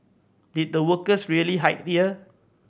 did the workers really hide here